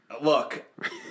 Look